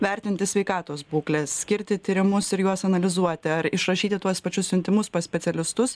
vertinti sveikatos būklę skirti tyrimus ir juos analizuoti ar išrašyti tuos pačius siuntimus pas specialistus